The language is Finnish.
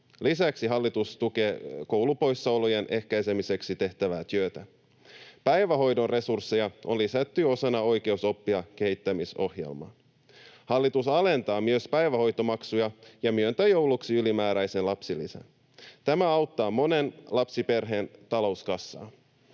Lisäksi hallitus tukee koulupoissaolojen ehkäisemiseksi tehtävää työtä. Päivähoidon resursseja on lisätty osana Oikeus oppia ‑kehittämisohjelmaa. Hallitus alentaa myös päivähoitomaksuja ja myöntää jouluksi ylimääräisen lapsilisän. Tämä auttaa monen lapsiperheen talouskassaa.